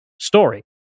story